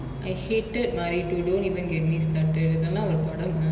I hated maari to don't even get me started இதலா ஒரு படமா:ithalaa oru padamaa